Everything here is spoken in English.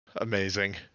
Amazing